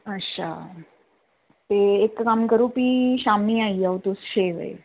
अच्छा ते इक कम्म करो फ्ही शामी आई आओ तुस छे बजे